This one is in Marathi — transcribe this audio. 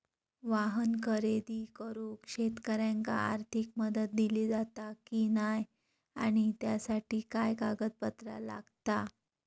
वाहन खरेदी करूक शेतकऱ्यांका आर्थिक मदत दिली जाता की नाय आणि त्यासाठी काय पात्रता लागता?